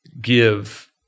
give